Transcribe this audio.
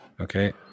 Okay